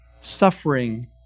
suffering